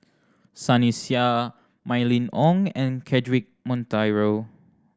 Sunny Sia Mylene Ong and Cedric Monteiro